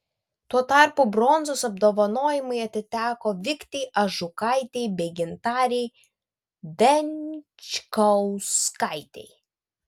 tuo tarpu bronzos apdovanojimai atiteko viktei ažukaitei bei gintarei venčkauskaitei